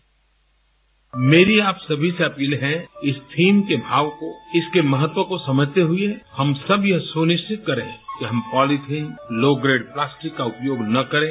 bite मेरी आप सभी से अपील है इस थीम के भाव को इसके महत्व को समझते हुए हम सब यह सुनिश्चित करें कि हम पोलीथीन लो ग्रेड प्लापस्टिक का उपयोग न करें